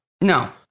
No